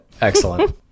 Excellent